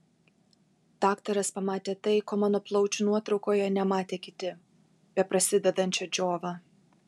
daktaras pamatė tai ko mano plaučių nuotraukoje nematė kiti beprasidedančią džiovą